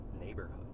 neighborhood